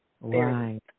Right